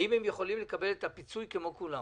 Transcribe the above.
האם הם יכולים לקבל את הפיצוי כמו כולם.